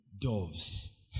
doves